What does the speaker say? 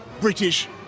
British